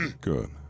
Good